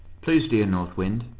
please, dear north wind,